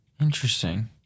Interesting